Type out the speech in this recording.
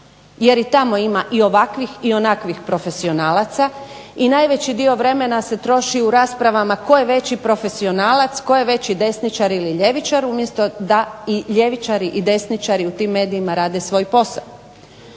jer i tamo ima i ovakvih i onakvih profesionalaca i najveći dio vremena se troši u raspravama tko je veći profesionalac, tko je veći desničar ili ljevičar umjesto da i ljevičari i desničari u tim medijima rade svoj posao.